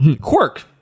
Quirk